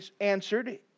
answered